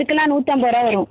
அதுக்கெலாம் நூற்றம்பது ரூபா வரும்